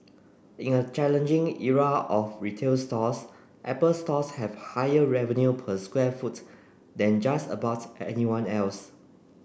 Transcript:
in a challenging era of retail stores Apple Stores have higher revenue per square foot than just about anyone else